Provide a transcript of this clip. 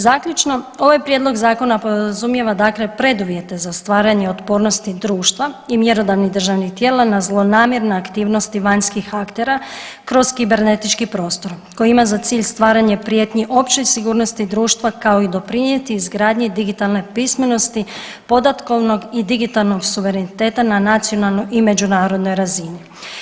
Zaključno, ovaj prijedlog zakona podrazumijeva dakle preduvjete za stvaranje otpornosti društva i mjerodavnih državnih tijela na zlonamjerne aktivnosti vanjskih aktera kroz kibernetički prostor koji ima za cilj stvaranje prijetnji općoj sigurnosti društva kao i doprinjeti izgradnji digitalne pismenosti podatkovnog i digitalnog suvereniteta na nacionalnoj i međunarodnoj razini.